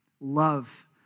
love